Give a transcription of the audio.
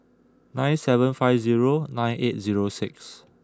nine seven five zero nine eight zero six